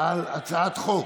על הצעת חוק